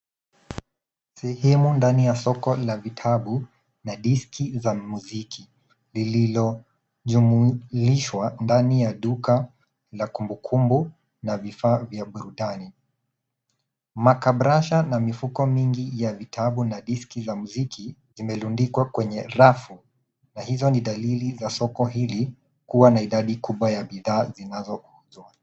Sehemu ndani ya soko la vitabu na diski za muziki lililojumlishwa ndani ya chumba la kumbukumbu na vifaa vya burudani. Makabrasha na mifuko mingi ya vitabu na diski za muziki zimerundikwa kwenye rafu na hizo ni dalili za soko hili kuwa na idadi kubwa ya bidhaa zinazouzwa.